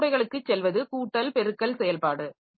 இந்த வழிமுறைகளுக்குச் செல்வது கூட்டல் பெருக்கல் செயல்பாடு